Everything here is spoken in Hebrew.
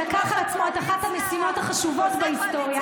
שלקח על עצמו את אחת המשימות החשובות בהיסטוריה,